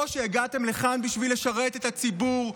או שהגעתם לכאן בשביל לשרת את הציבור,